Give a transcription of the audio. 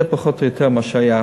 זה פחות או יותר מה שהיה,